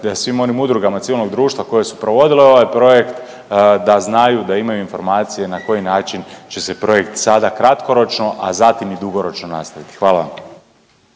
te svim onim udrugama civilnog društva koje su provodile ovaj projekt da znaju da imaju informacije na koji način će se projekt sada kratkoročno, a zatim i dugoročno nastaviti. Hvala.